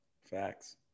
Facts